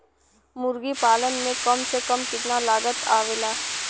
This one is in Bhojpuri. मुर्गी पालन में कम से कम कितना लागत आवेला?